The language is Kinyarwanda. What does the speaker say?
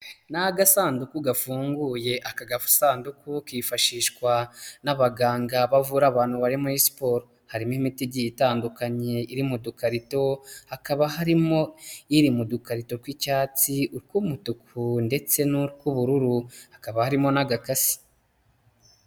Ni agasanduku gafunguye. Aka gasanduku kifashishwa n'abaganga bavura abantu bari muri siporo. Harimo imiti igiye itandukanye iri mu dukarito, hakaba harimo iri mu dukarito tw'icyatsi, utw'umutuku ndetse n'utw'ubururu. Hakaba harimo n'agakasi.